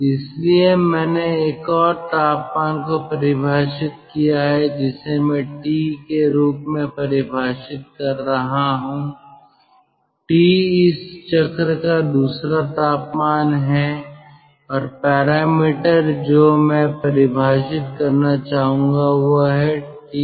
इसलिए मैंने एक और तापमान को परिभाषित किया है जिसे मैं T के रूप में परिभाषित कर रहा हूं T इस चक्र का दूसरा तापमान है और पैरामीटर जो मैं परिभाषित करना चाहूंगा वह है TT0